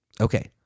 Okay